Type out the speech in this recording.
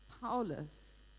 powerless